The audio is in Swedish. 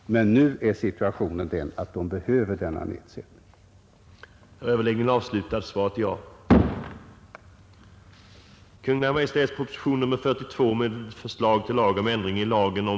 Men nu är situationen den att dessa grupper behöver en nedsättning omgående.